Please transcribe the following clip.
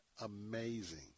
amazing